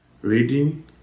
Reading